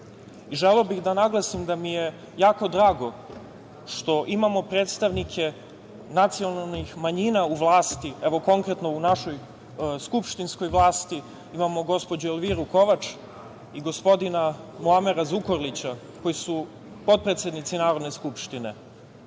SNS.Želeo bih da naglasim da mi je jako drago što imamo predstavnike nacionalnih manjina u vlasti. Konkretno, u našoj skupštinskoj vlasti imamo gospođu Elviru Kovač i gospodina Muamera Zukorlića koji su potpredsednici Narodne Skupštine. Takođe,